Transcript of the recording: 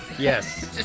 Yes